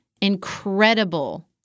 incredible